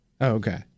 Okay